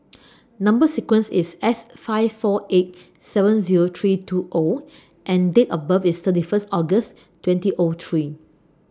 Number sequence IS S five four eight seven Zero three two O and Date of birth IS thirty First August twenty O three